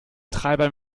treibern